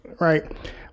Right